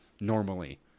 normally